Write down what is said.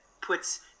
puts